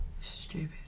Stupid